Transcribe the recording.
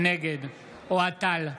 נגד אוהד טל,